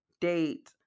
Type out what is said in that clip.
date